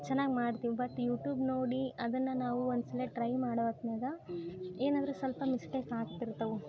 ಚೆನ್ನಾಗಿ ಮಾಡ್ತೀವಿ but YouTube ನೋಡಿ ಅದನ್ನು ನಾವು ಒಂದು ಸಲ ಟ್ರೈ ಮಾಡೋ ಹೊತ್ನ್ಯಾಗ ಏನಾದರೂ ಸ್ವಲ್ಪ ಮಿಸ್ಟೇಕ್ ಆಗ್ತಿರ್ತವೆ